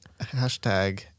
Hashtag